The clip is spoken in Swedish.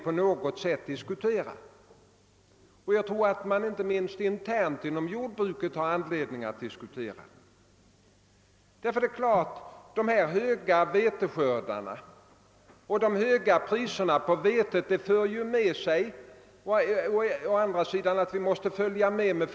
Vi måste diskutera hithörande frågor, herr Hansson i Skegrie, och det är inte minst viktigt att man gör det internt inom jordbruket.